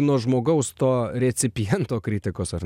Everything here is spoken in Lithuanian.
nuo žmogaus to recipiento kritikos ar